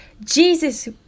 Jesus